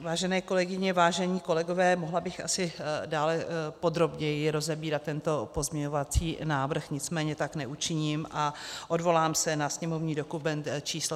Vážené kolegyně, vážení kolegové, mohla bych asi dále podrobněji rozebírat tento pozměňovací návrh, nicméně tak neučiním a odvolám se na sněmovní dokument číslo 3432.